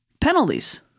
penalties